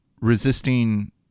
resisting